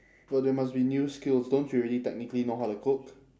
well they must be new skills don't you already technically know how to cook